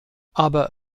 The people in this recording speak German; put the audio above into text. aber